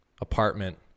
apartment